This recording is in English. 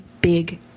big